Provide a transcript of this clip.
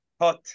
hot